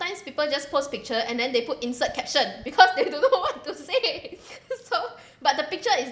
sometimes people just post picture and then they put insert caption because they don't know what to say so but the picture is